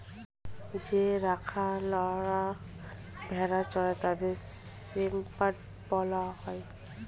যে রাখালরা ভেড়া চড়ায় তাদের শেপার্ড বলা হয়